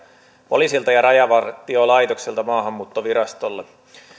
poliisilta ja rajavartiolaitokselta maahanmuuttovirastolle